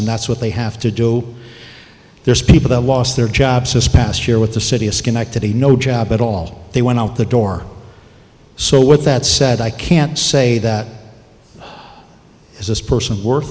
and that's what they have to do there are people that lost their jobs this past year with the city of schenectady no job at all they went out the door so with that said i can't say that this person